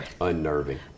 Unnerving